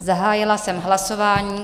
Zahájila jsem hlasování.